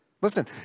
Listen